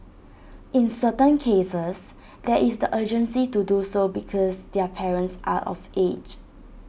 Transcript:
in certain cases there is the urgency to do so because their parents are of age